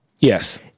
Yes